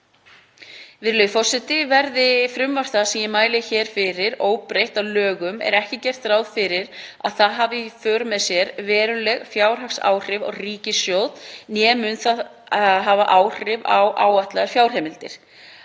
Virðulegur forseti. Verði frumvarp það sem ég mæli hér fyrir óbreytt að lögum er ekki gert ráð fyrir að það hafi í för með sér veruleg fjárhagsáhrif á ríkissjóð né muni það hafa áhrif á áætlaðar fjárheimildir.